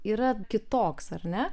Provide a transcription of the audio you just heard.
yra kitoks ar ne